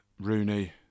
Rooney